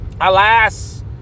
alas